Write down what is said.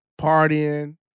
partying